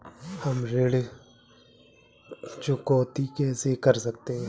हम ऋण चुकौती कैसे कर सकते हैं?